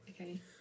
Okay